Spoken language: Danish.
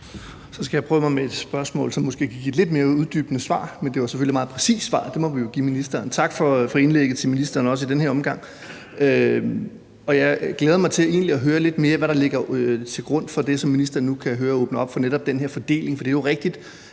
Så skal jeg prøve med et spørgsmål, som måske kan give et lidt mere uddybende svar. Men svaret var selvfølgelig meget præcist, det må vi jo give ministeren. Tak til ministeren for indlægget også i den her omgang. Jeg glæder mig egentlig til at høre lidt mere om, hvad der ligger til grund for det, som ministeren nu, kan jeg høre, åbner op for, altså netop den her fordeling. For det er jo rigtigt,